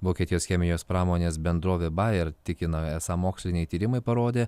vokietijos chemijos pramonės bendrovė bajer tikino esą moksliniai tyrimai parodė